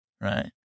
right